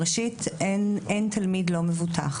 ראשית, אין תלמיד לא מבוטח.